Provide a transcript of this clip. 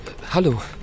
Hallo